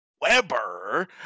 Weber